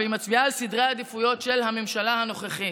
והיא מצביעה על סדרי העדיפויות של הממשלה הנוכחית.